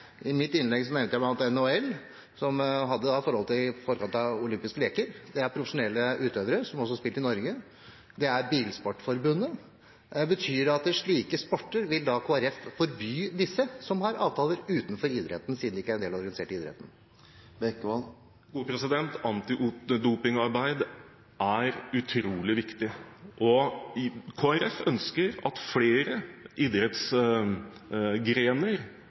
I mitt innlegg nevnte jeg bl.a. NHL i forkant av De olympiske leker. De er profesjonelle utøvere, som også har spilt i Norge. Og vi har Bilsportforbundet. Vil Kristelig Folkeparti forby disse sportene, som har avtaler utenfor idretten, siden de ikke er en del av den organiserte idretten? Antidopingarbeid er utrolig viktig, og Kristelig Folkeparti ønsker at flere idrettsgrener